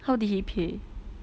how did he pay